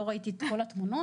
לא ראיתי את כל התמונות,